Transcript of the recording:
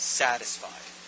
satisfied